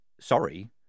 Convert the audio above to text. Sorry